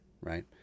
right